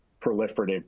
proliferative